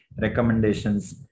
recommendations